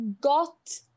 got